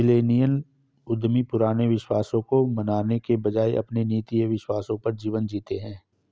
millennial उद्यमी पुराने विश्वासों को मानने के बजाय अपने नीति एंव विश्वासों पर जीवन जीते हैं